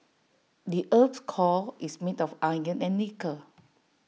the Earth's core is made of iron and nickel